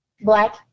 Black